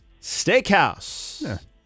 Steakhouse